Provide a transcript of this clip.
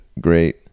Great